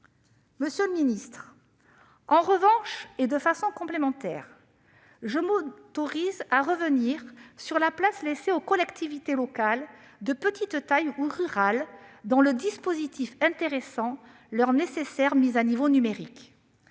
Monsieur le secrétaire d'État, en revanche, et de façon complémentaire, je m'autorise à revenir sur la place laissée aux collectivités locales de petite taille ou rurales dans le dispositif intéressant leur nécessaire mise à niveau numérique.